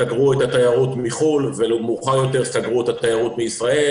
שסגרו את התיירות מחו"ל ומאוחר יותר סגרו את התיירות מישראל.